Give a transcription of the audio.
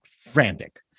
frantic